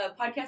podcast